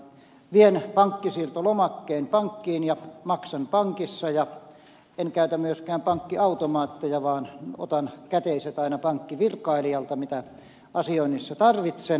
minä vien pankkisiirtolomakkeen pankkiin ja maksan pankissa enkä käytä myöskään pankkiautomaatteja vaan otan aina pankkivirkailijalta käteiset mitä asioinnissa tarvitsen